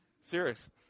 Serious